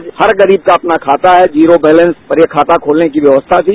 आज हर गरीब का अपना खाता है जीरो बैंलेस पर यह खाता खोलने की व्यवस्था थी